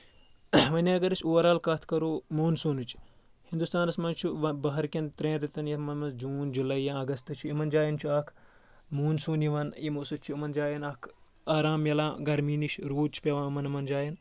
وَنۍ اگر أسۍ اوٚورآل کَتھ کَرو مونسنٕچ ہِندوستانَس منٛز چھُ بہرکؠن ترٛؠن رتَن یَتھ منٛز جوٗن جولائی یا اَگستہٕ چھُ یِمن جاین چھُ اکھ موٗنسوٗن یِوان یِمن سۭتۍ چھُ یِمَن جایَن اَکھ آرام میلان گرمی نِش روٗد چھُ پیٚوان یِمَن یِمَن جایَن